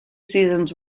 seasons